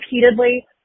repeatedly